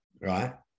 right